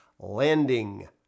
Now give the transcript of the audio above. Landing